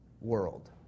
world